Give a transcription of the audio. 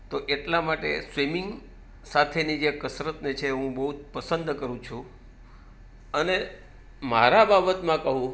તો એટલા માટે સ્વિમિંગ સાથેની જે કસરતને છે એ હું બહુ જ પસંદ કરું છું અને મારી બાબતમાં કહું